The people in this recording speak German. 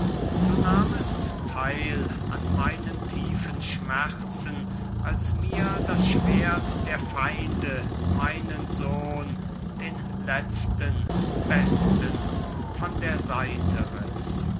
du nahmest theil an meinen tiefen schmerzen als mir das schwert der feinde meinen sohn den letzten besten von der seite